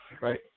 right